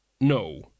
no